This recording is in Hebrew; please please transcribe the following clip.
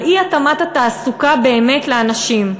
על אי-התאמת התעסוקה באמת לאנשים.